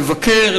לבקר,